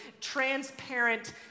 transparent